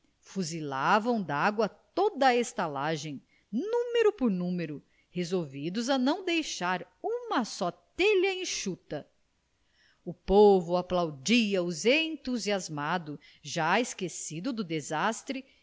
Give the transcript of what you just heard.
fuzilavam de água toda a estalagem número por número resolvidos a não deixar uma só telha enxuta o povo aplaudia os entusiasmado já esquecido do desastre